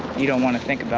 you don't want to